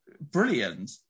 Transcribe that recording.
brilliant